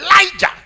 Elijah